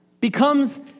becomes